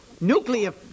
Nuclear